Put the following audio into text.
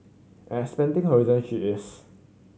and expanding she is